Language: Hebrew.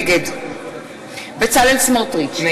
נגד בצלאל סמוטריץ,